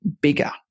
bigger